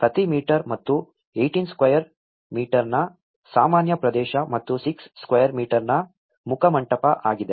ಪ್ರತಿ ಮೀಟರ್ ಮತ್ತು 18 ಸ್ಕ್ವೇರ್ ಮೀಟರ್ನ ಸಾಮಾನ್ಯ ಪ್ರದೇಶ ಮತ್ತು 6 ಸ್ಕ್ವೇರ್ ಮೀಟರ್ನ ಮುಖಮಂಟಪ ಆಗಿದ